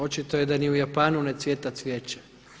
Očito je da ni u Japanu ne cvijeta cvijeće.